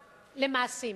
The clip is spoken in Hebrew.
למעשים,